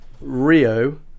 Rio